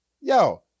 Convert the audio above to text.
Yo